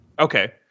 Okay